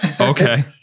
Okay